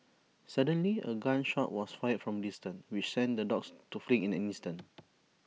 suddenly A gun shot was fired from distance which sent the dogs to flee in an instant